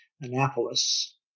Annapolis